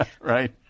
right